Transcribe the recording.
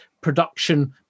production